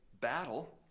battle